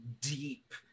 deep